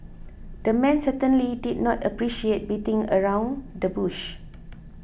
the man certainly did not appreciate beating around the bush